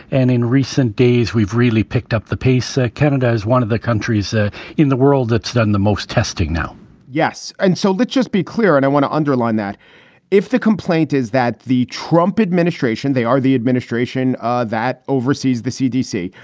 and in recent days, we've really picked up the pace. ah canada is one of the countries in the world that's done the most testing now yes. and so let's just be clear, and i want to underline that if the complaint is that the trump administration, they are the administration that oversees the cdc,